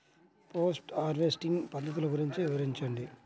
Post harvesting పద్ధతులు గురించి వివరించండి?